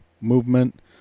movement